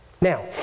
Now